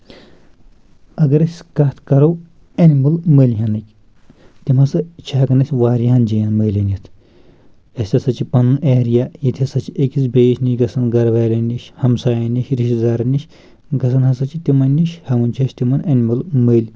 اگر أسۍ کتھ کرو ایٚنمٕل مٔلۍ ہیٚنٕکۍ تِم ہسا چھِ ہؠکان أسۍ واریَہَن جایَن مٔلۍ أنِتھ اَسہِ ہسا چھِ پنُن ایریا ییٚتہِ ہسا چھِ أکِس بیٚیِن نِش گژھان گرٕ والؠن نِش ہمساین نِش رِشتہٕ دارن نِش گژھان ہسا چھِ تِمن نِش ہؠوان چھِ أسۍ تِمن ایٚنمٕل مٔلۍ